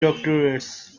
doctorates